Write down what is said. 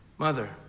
Mother